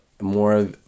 more